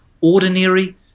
ordinary